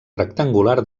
rectangular